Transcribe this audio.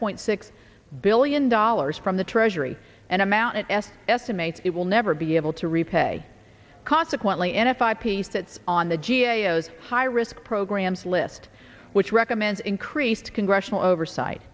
point six billion dollars from the treasury and amount s estimates it will never be able to repay sequentially f i p sits on the g a o has high risk programs list which recommends increased congressional oversight